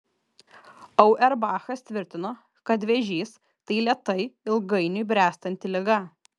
auerbachas tvirtino kad vėžys tai lėtai ilgainiui bręstanti liga